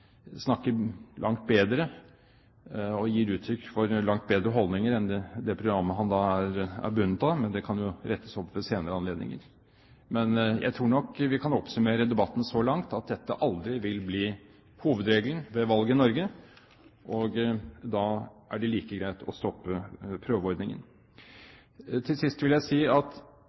snakker langt bedre og gir uttrykk for langt bedre holdninger enn det programmet han er bundet av, men det kan jo rettes opp ved senere anledninger. Men jeg tror nok vi kan oppsummere debatten så langt med at dette aldri vil bli hovedregelen ved valg i Norge, og da er det like greit å stoppe prøveordningen. Til sist vil jeg si at